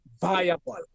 viable